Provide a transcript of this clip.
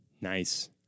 Nice